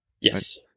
Yes